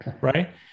Right